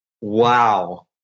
Wow